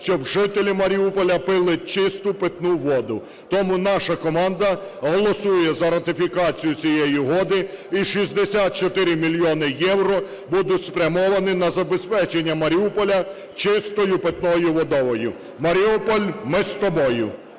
щоб жителі Маріуполя пили чисту питну воду. Тому наша команда голосує за ратифікацію цієї угоди, і 64 мільйони євро будуть спрямовані на забезпечення Маріуполя чистою питною водою. Маріуполь, ми з тобою!